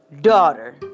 daughter